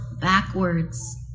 backwards